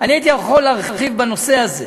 אני הייתי יכול להרחיב בעניין